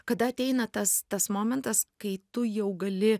kada ateina tas tas momentas kai tu jau gali